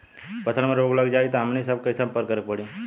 फसल में रोग लग जाई त हमनी सब कैसे संपर्क करें के पड़ी?